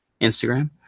Instagram